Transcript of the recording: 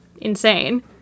insane